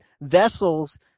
vessels